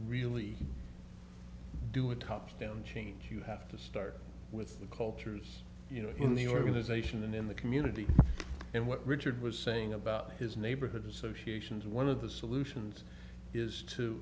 really do a touchdown change you have to start with the cultures you know in the organization and in the community and what richard was saying about his neighborhood associations one of the solutions is to